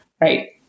right